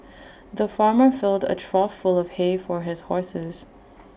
the farmer filled A trough full of hay for his horses